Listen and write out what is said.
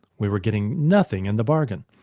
we were getting nothing in the bargain,